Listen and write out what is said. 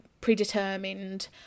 predetermined